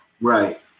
right